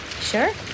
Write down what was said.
Sure